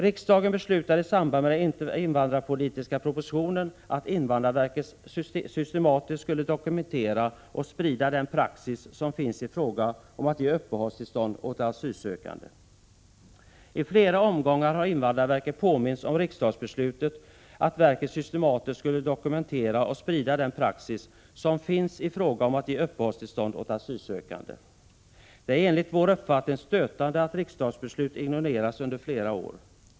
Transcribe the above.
Riksdagen beslutade i samband med den invandrarpolitiska propositionen att invandrarverket systematiskt skulle dokumentera och sprida den praxis som finns i fråga om att ge uppehållstillstånd åt asylsökande. I flera omgångar har invandrarverket påmints om riksdagsbeslutet, nämligen att verket systematiskt skulle dokumentera och sprida den praxis som finns i fråga om att ge uppehållstillstånd åt asylsökande. Det är enligt vår uppfattning stötande att riksdagsbeslut ignoreras under flera år.